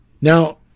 Now